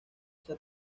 esa